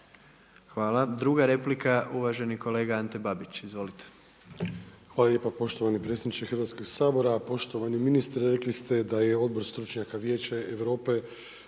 Hvala. Druga replika, uvaženi kolega Ante Babić. Izvolite. **Babić, Ante (HDZ)** Hvala lijepo gospodine predsjedniče Hrvatskog sabora. Poštovani ministre. Rekli ste da je Odbor stručnjaka Vijeća Europe